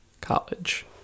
college